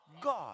God